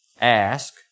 ask